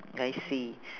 I see